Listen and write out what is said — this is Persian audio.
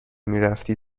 میرفتی